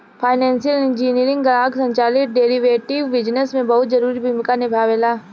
financial engineering ग्राहक संचालित derivative business में बहुत जरूरी भूमिका निभावेला